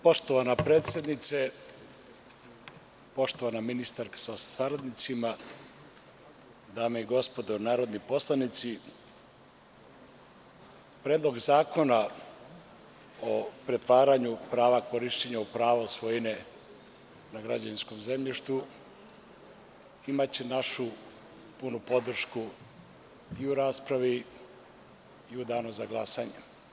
Poštovana predsednice, poštovana ministarko sa saradnicima, dame i gospodo narodni poslanici, Predlog zakona o pretvaranju prava korišćenja u pravo svojine na građevinskom zemljištu imaće našu punu podršku i u raspravi i u Danu za glasanje.